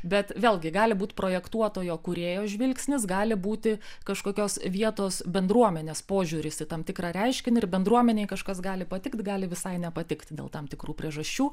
bet vėlgi gali būt projektuotojo kūrėjo žvilgsnis gali būti kažkokios vietos bendruomenės požiūris į tam tikrą reiškinį ir bendruomenei kažkas gali patikt gali visai nepatikt dėl tam tikrų priežasčių